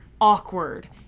awkward